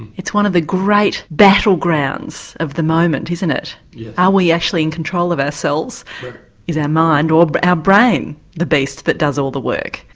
it's one of the great battlegrounds of the moment isn't it are yeah ah we actually in control of ourselves is our mind or but our brain the beast that does all the work?